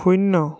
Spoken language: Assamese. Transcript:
শূন্য